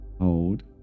Hold